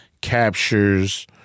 captures